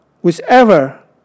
Whichever